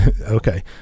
Okay